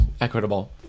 equitable